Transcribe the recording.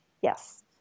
Yes